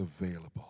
available